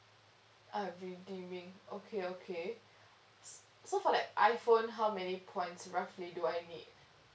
ah redeeming okay okay s~ so for like iphone how many points roughly do I need